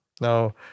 Now